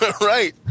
Right